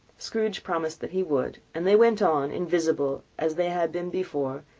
scrooge promised that he would and they went on, invisible, as they had been before,